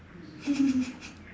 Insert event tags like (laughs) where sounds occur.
(laughs)